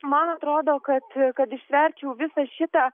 man atrodo kad kad ištverčiau visą šitą